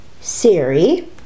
Siri